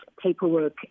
paperwork